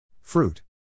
Fruit